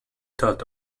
thought